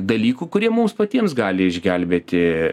dalykų kurie mums patiems gali išgelbėti